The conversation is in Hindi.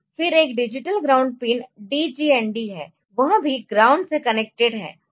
फिर एक डिजिटल ग्राउंड पिन dgnd है वह भी ग्राउंड से कनेक्टेड है